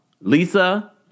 Lisa